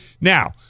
now